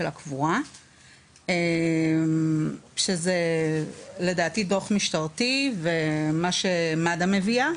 הקבורה שלדעתי זה דוח משטרתי ומה שמד"א מביא.